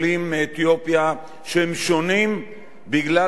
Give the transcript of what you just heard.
שהם שונים בגלל השוני בצבע העור.